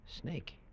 snake